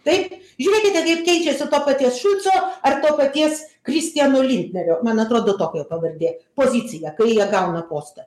taip žiūrėkite kaip keičiasi to paties šulco ar to paties krisiano lintnerio man atrodo tokia jo pavardė pozicija kai jie gauna postą